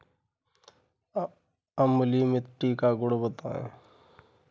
अम्लीय मिट्टी का गुण बताइये